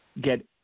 get